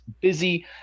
busy